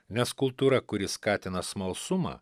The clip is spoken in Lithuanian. nes kultūra kuri skatina smalsumą